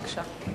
בבקשה.